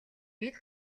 бид